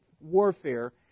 warfare